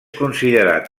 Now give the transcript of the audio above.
considerat